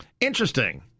Interesting